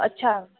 अच्छा